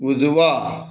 उजवा